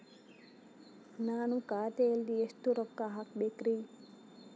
ನಾನು ಖಾತೆಯಲ್ಲಿ ಎಷ್ಟು ರೊಕ್ಕ ಹಾಕಬೇಕ್ರಿ?